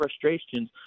frustrations